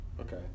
Okay